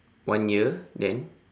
one year then